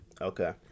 Okay